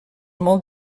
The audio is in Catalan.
molt